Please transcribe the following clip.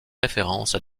références